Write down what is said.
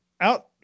out